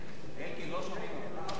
נתקבלו.